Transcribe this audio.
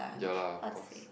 ya lah of course